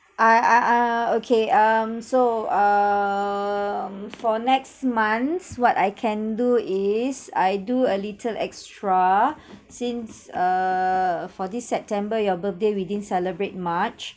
I I uh okay um so um for next month's what I can do is I do a little extra since err for this september your birthday we didn't celebrate much